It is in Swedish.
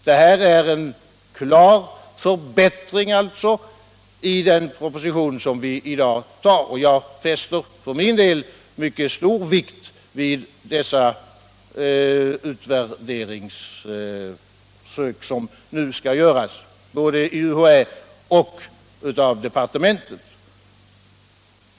Här är det alltså en klar förbättring i den proposition som vi i dag tar ställning till. Och jag fäster för min del mycket stor vikt vid dessa utvärderingar som nu skall göras både av UHÄ och av utbildningsdepartementet.